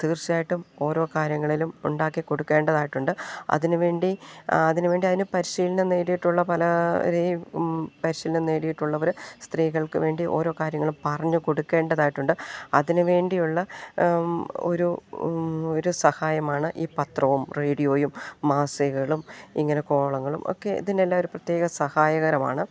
തീർച്ചയായിട്ടും ഓരോ കാര്യങ്ങളിലും ഉണ്ടാക്കി കൊടുക്കേണ്ടതായിട്ടുണ്ട് അതിനു വേണ്ടി അതിനു വേണ്ടി അതിനു പരിശീലനം നേടിയിട്ടുള്ള പലരെയും പരിശീലനം നേടിയിട്ടുള്ളവർ സ്ത്രീകൾക്കു വേണ്ടി ഓരോ കാര്യങ്ങളും പറഞ്ഞു കൊടുക്കേണ്ടതായിട്ടുണ്ട് അതിനു വേണ്ടിയുള്ള ഒരു ഒരു സഹായമാണ് ഈ പത്രവും റേഡിയോയും മാസികകളും ഇങ്ങനെ കോളങ്ങളും ഒക്കെ ഇതിനെല്ലാം ഒരു പ്രത്യേക സഹായകരമാണ്